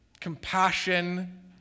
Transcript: Compassion